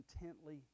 intently